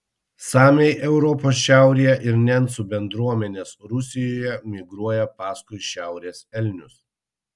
samiai europos šiaurėje ir nencų bendruomenės rusijoje migruoja paskui šiaurės elnius